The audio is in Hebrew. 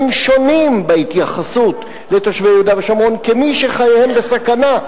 שונים בהתייחסות לתושבי יהודה ושומרון כמי שחייהם בסכנה,